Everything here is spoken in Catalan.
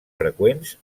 freqüents